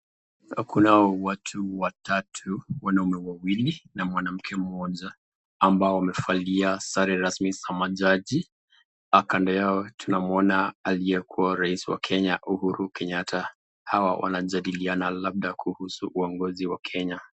Kunao watatu watatu, wanaume wawili na mwanamke mmoja ambao wamevalia sare rasmi za majaji kando yao tunamuona aliyekua rais wa kenya uhuru Kenyatta, hawa wanajadiliana kuhusu uongozi wa kenya.